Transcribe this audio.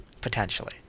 potentially